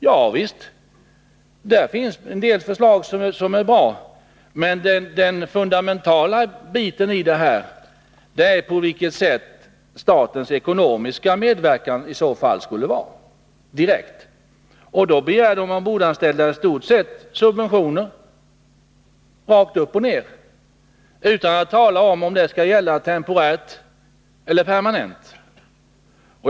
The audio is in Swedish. Javisst, det finns en del förslag som är bra, men den fundamentala biten här är på vilket sätt statens ekonomiska medverkan i så fall skulle komma in. De ombordanställda begär i stort sett subventioner rakt upp och ner utan att tala om huruvida detta skulle gälla temporärt eller permanent.